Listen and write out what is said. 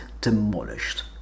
demolished